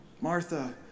Martha